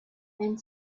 and